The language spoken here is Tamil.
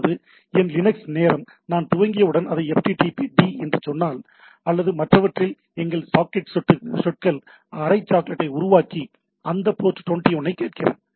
அதாவது என் லினக்ஸ் நேரம் நான் துவங்கியவுடன் அதை ftpd என்று சொன்னால் அல்லது மற்றவற்றில் எங்கள் சாக்கெட் சொற்கள் அரை சாக்கெட்டை உருவாக்கி அந்த போர்ட் 21 ஐக் கேட்கின்றன